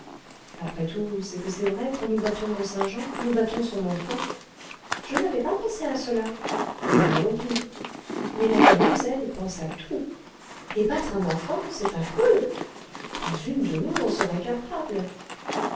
après tout c'est que c'est vrai quand nous battons mont-saint-jean nous battons son enfant je n'avais pas pensé à cela ni moi non plus mais la goualeuse elle pense à tout et battre un enfant c'est affreux pas une de nous n'en serait capable